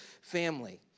family